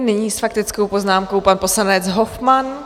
Nyní s faktickou poznámkou pan poslanec Hofmann.